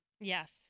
Yes